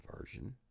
version